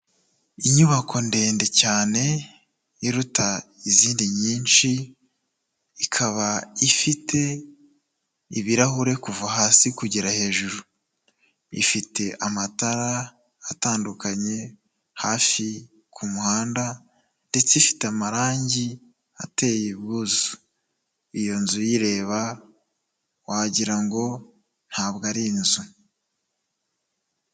Inyubako ndende cyane iruta izindi nyinshi, ikaba ifite ibirahure kuva hasi kugera hejuru, ifite amatara atandukanye hafi ku muhanda ndetse ifite amarangi ateye ubwuzu, iyo nzu uyireba wagirango ngo ntabwo ari inzu.